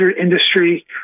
industry